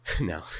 No